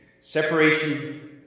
separation